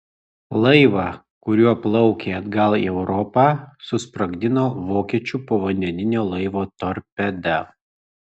laivą kuriuo plaukė atgal į europą susprogdino vokiečių povandeninio laivo torpeda